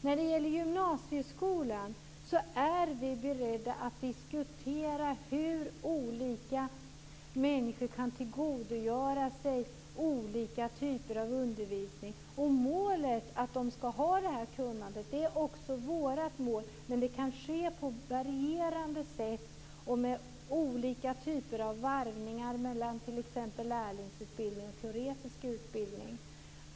När det gäller gymnasieskolan är vi beredda att diskutera hur olika människor kan tillgodogöra sig olika typer av undervisning. Målet, att de skall ha detta kunnande, är också vårt mål, men utbildningen kan ske på varierande sätt och med olika typer av varvningar mellan t.ex. lärlingsutbildning och teoretisk utbildning.